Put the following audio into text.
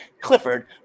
Clifford